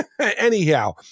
Anyhow